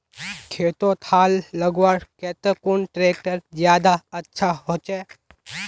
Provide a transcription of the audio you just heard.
खेतोत हाल लगवार केते कुन ट्रैक्टर ज्यादा अच्छा होचए?